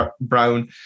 Brown